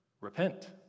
repent